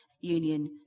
union